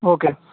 okay